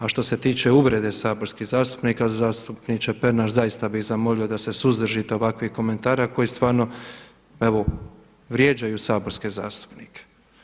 A što se tiče uvrede saborskih zastupnika, zastupniče Pernar zaista bih zamolio da se suzdržite ovakvih komentara koji stvarno evo vrijeđaju saborske zastupnike.